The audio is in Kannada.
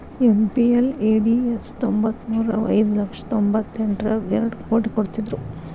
ಎಂ.ಪಿ.ಎಲ್.ಎ.ಡಿ.ಎಸ್ ತ್ತೊಂಬತ್ಮುರ್ರಗ ಐದು ಲಕ್ಷ ತೊಂಬತ್ತೆಂಟರಗಾ ಎರಡ್ ಕೋಟಿ ಕೊಡ್ತ್ತಿದ್ರು